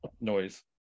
noise